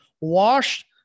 washed